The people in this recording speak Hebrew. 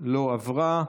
לא עברה.